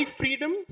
freedom